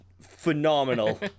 phenomenal